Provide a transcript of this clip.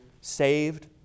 Saved